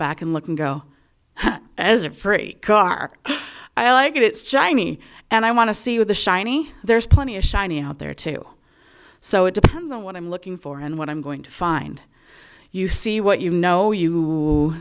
back and look and go as a free car i like it it's johnny and i want to see with the shiny there's plenty of shiny out there too so it depends on what i'm looking for and what i'm going to find you see what you know you